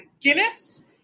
Guinness